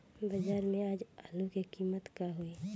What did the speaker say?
बाजार में आज आलू के कीमत का होई?